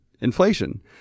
inflation